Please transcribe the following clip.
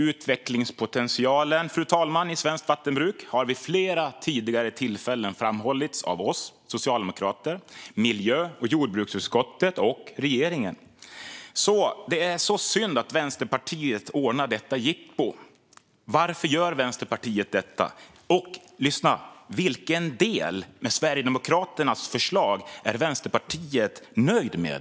Utvecklingspotentialen i svenskt vattenbruk har vid flera tidigare tillfällen framhållits av oss socialdemokrater, miljö och jordbruksutskottet och regeringen, så det är synd att Vänsterpartiet ordnar detta jippo. Varför gör Vänsterpartiet detta, och - lyssna! - vilken del av Sverigedemokraternas förslag är Vänsterpartiet nöjt med?